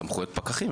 סמכויות פקחים?